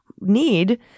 need